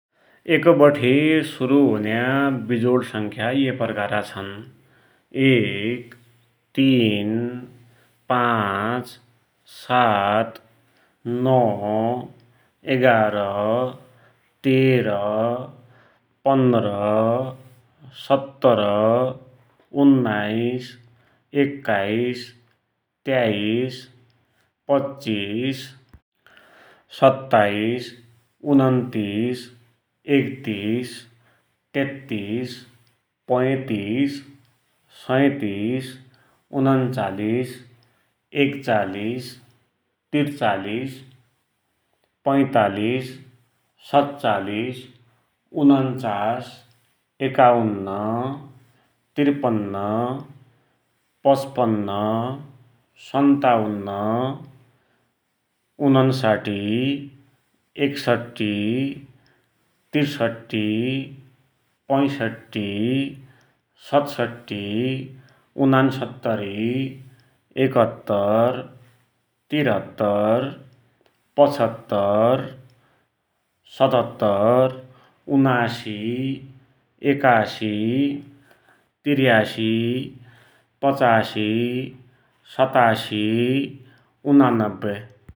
एक बठे शुरु हुन्या विजोर संख्या ये प्रकारका छन्ः एक, तीन, पाचँ, सात, नौ एगार तेर पन्नर, सत्तर, उन्नाइस, एक्काइस, तेइस, पच्चिस, सत्ताइस, उनन्तीस, एकतिस, तेत्तिस, पैतिस, सैतिस, उन्चालिस, एकचालिस, त्रिचालिस, पैचालिस, सत्चालिस, उनन्चास, एकावन्न, त्रिपन्न, पचपन्न, सन्तावन्न, उनन्साठी एकसठी, त्रिसठी, पैसठी, सतसठी, उनान्सत्तरी, एकहत्तर, त्रिहत्तर, पचहत्तर, सतहत्तर, उनासी, एकसी, त्रियासी, पचासी, सतासी, उनानब्बे ।